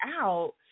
out